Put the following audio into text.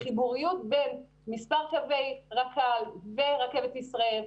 חיבוריות בין מספר קווי הרכבת הקלה ורכבת ישראל.